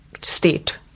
state